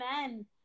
men